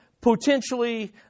potentially